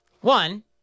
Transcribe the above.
one